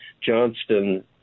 Johnston